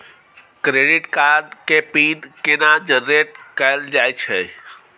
Credit card के PIN केना generate कैल जाए छै?